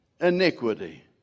iniquity